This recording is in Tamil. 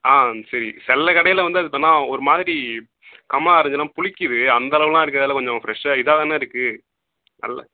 சரி சில கடையில் வந்து அது பேர்ன்னால் ஒரு மாதிரி கமலா ஆரஞ்செல்லாம் புளிக்குது அந்த அளவெல்லாம் இருக்காதில்ல கொஞ்சம் ஃப்ரெஷ்ஷாக இதாக தானே இருக்குது நல்ல